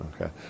Okay